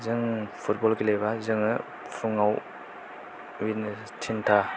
जों फुटबल गेलेबा जोङो फुङाव थिनथा